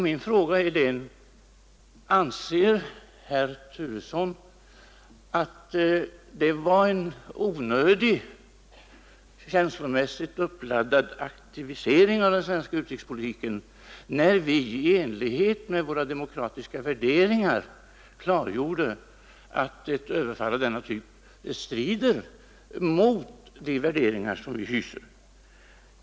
Min fråga är: Anser herr Turesson att det var en onödig känslomässigt uppladdad aktivisering av den svenska utrikespolitiken när vi i enlighet med våra demokratiska värderingar klargjorde att ett överfall av denna typ strider mot de värderingar som vi hyser?